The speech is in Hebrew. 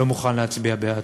לא מוכן להצביע בעד.